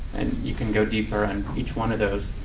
and you can go deeper on each one of those.